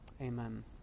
Amen